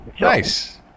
Nice